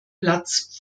platz